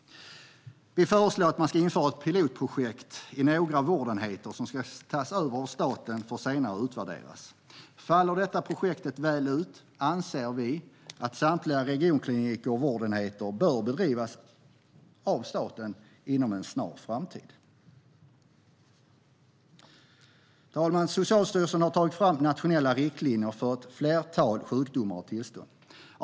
Vi föreslår att man ska införa ett pilotprojekt vid några vårdenheter. De ska tas över av staten för att senare utvärderas. Faller detta projekt väl ut anser vi att samtliga regionkliniker och vårdenheter bör drivas av staten inom en snar framtid. Herr talman! Socialstyrelsen har tagit fram nationella riktlinjer för ett flertal sjukdomar och tillstånd.